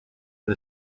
the